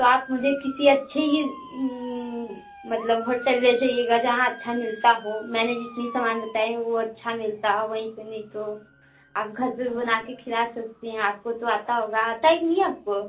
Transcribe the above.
तो आप मुझे किसी अच्छे ही मतलब होटल जैसे ये ग जहाँ अच्छा मिलता हो मैंने जितनी सामान बताई है वो अच्छा मिलता हो वहीं पर नहीं तो आप घर पर भी बना कर खिला सकती हैं आपको तो आता होगा आता है कि नहीं आपको